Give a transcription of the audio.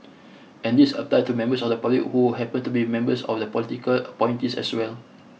and this applies to members of the public who happen to be members of political appointees as well